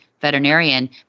veterinarian